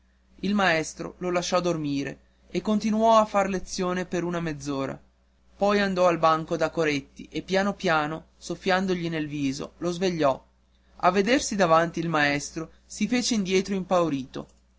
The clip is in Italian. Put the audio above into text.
il maestro lo lasciò dormire e continuò a far lezione per una mezz'ora poi andò al banco da coretti e piano piano soffiandogli nel viso lo svegliò a vedersi davanti il maestro si fece indietro impaurito